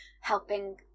helping